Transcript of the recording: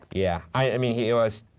yeah, i mean, he was,